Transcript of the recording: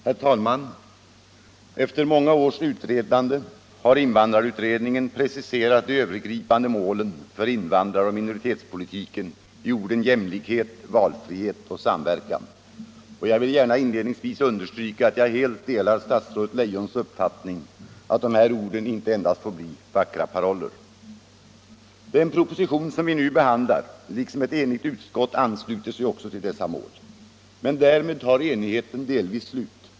Herr talman! Efter många års utredande har invandrarutredningen preciserat de övergripande målen för invandraroch minoritetspolitiken i orden jämlikhet, valfrihet och samverkan. Jag vill gärna inledningsvis understryka att jag helt delar statsrådet Leijons uppfattning, att de orden inte endast får bli vackra paroller. Den proposition som vi nu behandlar, liksom ett enigt utskott, ansluter sig också till dessa mål, men därmed tar enigheten delvis slut.